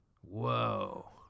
whoa